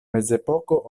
mezepoko